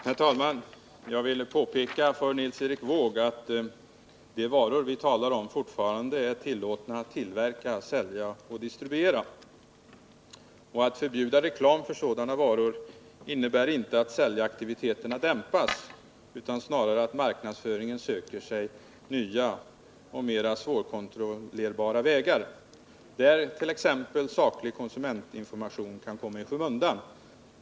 Herr talman! Jag vill påpeka för Nils Erik Wååg att de varor vi talar om fortfarande är tillåtna att tillverka, sälja och distribuera. Att förbjuda reklam för sådana varor innebär inte att säljaktiviteterna dämpas utan snarare att marknadsföringen söker sig nya och mer svårkontrollerbara vägar, där t.ex. saklig konsumentinformation kan komma i skymundan.